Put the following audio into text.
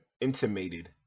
intimated